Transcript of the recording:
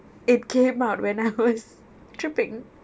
it came out when I was tripping